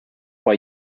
why